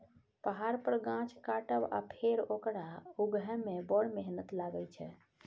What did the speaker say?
पहाड़ पर गाछ काटब आ फेर ओकरा उगहय मे बड़ मेहनत लागय छै